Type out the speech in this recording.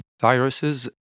viruses